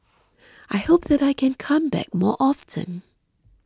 I hope that I can come back more often